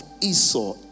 Esau